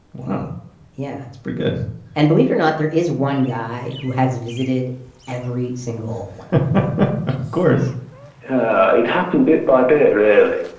wow yeah that's pretty good and believe it or not, there is one guy who has visited every single one of course it happened bit by bit, really.